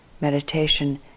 meditation